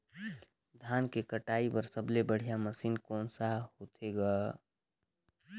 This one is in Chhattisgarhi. धान के कटाई बर सबले बढ़िया मशीन कोन सा होथे ग?